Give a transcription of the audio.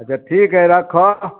अच्छा ठीक हइ रखऽ